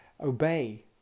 obey